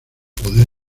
poder